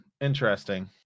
interesting